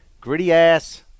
gritty-ass